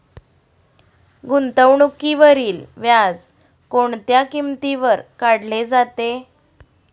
गुंतवणुकीवरील व्याज कोणत्या किमतीवर काढले जाते?